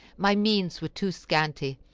my means were too scanty,